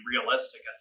realistic